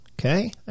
okay